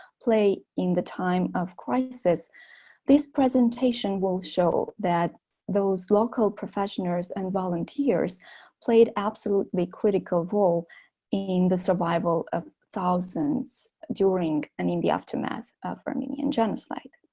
play in the time of crisis this presentation will show that those local professionals and volunteers played absolutely critical roles in the survival of thousands during and in the aftermath of the armenian genocide